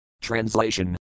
Translation